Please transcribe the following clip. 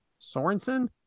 Sorensen